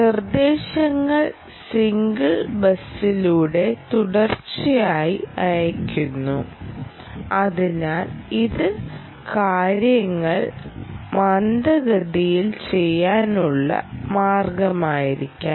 നിർദ്ദേശങ്ങൾ സിംഗിൾ ബസ്സിലൂടെ തുടർച്ചയായി അയക്കുന്നു അതിനാൽ ഇത് കാര്യങ്ങൾ മന്ദഗതിയിൽ ചെയ്യാനുള്ള മാർഗമായിരിക്കാം